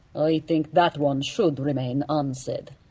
i think that one should remain unsaid.